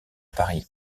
paris